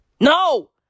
No